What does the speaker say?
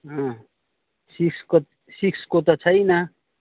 सिक्सको सिक्सको त छैन फोर